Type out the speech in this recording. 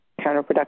counterproductive